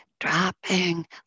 dropping